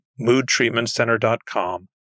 moodtreatmentcenter.com